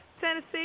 Tennessee